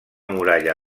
muralla